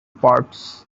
parts